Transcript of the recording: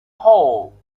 hole